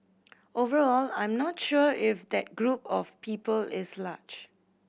overall I'm not sure if that group of people is large